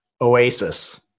Oasis